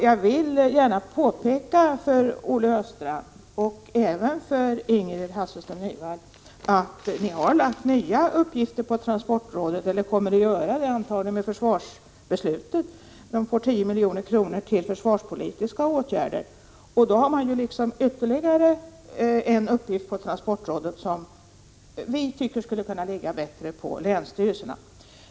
Jag vill gärna påpeka för Olle Östrand och även för Ingrid Hasselström Nyvall att ni kommer att lägga nya uppgifter på transportrådet i och med försvarsbeslutet om 10 milj.kr. till försvarspolitiska åtgärder. Det innebär ytterligare en uppgift för transportrådet, en uppgift som det enligt vår mening vore fördelaktigare att lägga på länsstyrelserna.